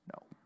No